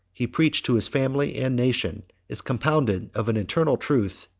he preached to his family and nation, is compounded of an eternal truth,